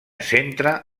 centre